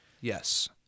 Yes